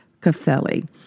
Caffelli